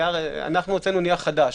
הוצאנו נייר חדש.